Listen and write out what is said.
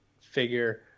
figure